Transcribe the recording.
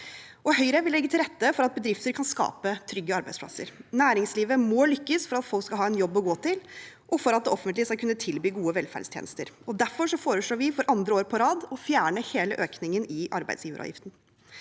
Høyre vil legge til rette for at bedrifter kan skape trygge arbeidsplasser. Næringslivet må lykkes for at folk skal ha en jobb å gå til, og for at det offentlige skal kunne tilby gode velferdstjenester. Derfor foreslår vi for andre år på rad å fjerne hele økningen i arbeidsgiveravgiften.